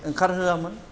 ओंखारहोआमोन